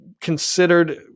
considered